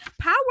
Power